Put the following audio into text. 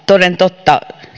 toden totta